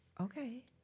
Okay